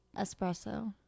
Espresso